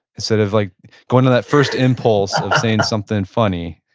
instead of like going to that first impulse of saying something funny,